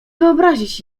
wyobrazić